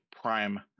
prime